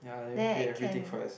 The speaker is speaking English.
then I can